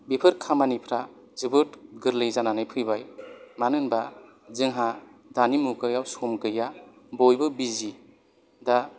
बेफोर खामानिफोरा जोबोद गोरलै जानानै फैबाय मानो होनबा जोंहा दानि मुगायाव सम गैया बयबो बिजि दा